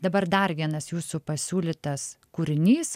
dabar dar vienas jūsų pasiūlytas kūrinys